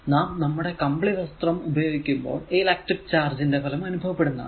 നാം നമ്മുടെ കമ്പിളി വസ്ത്രം ഉപയോഗിക്കുമ്പോൾ ഈ ഇലക്ട്രിക്ക് ചാർജ് ന്റെ ഫലം അനുഭവപ്പെടുന്നതാണ്